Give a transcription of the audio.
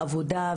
בעבודה,